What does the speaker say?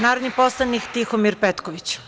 Narodni poslanik Tihomir Petković ima reč.